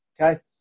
okay